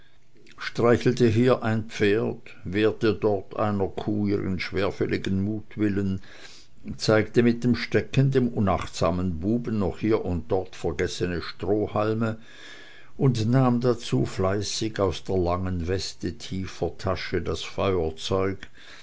streichelte hier ein pferd wehrte dort einer kuh ihren schwerfälligen mutwillen zeigte mit dem stecken dem unachtsamen buben noch hier und dort vergessene strohhalme und nahm dazu fleißig aus der langen weste tiefer tasche das feuerzeug